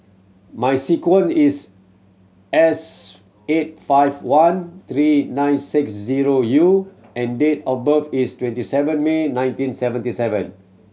my sequence is S eight five one three nine six zero U and date of birth is twenty seven May nineteen seventy seven